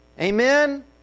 Amen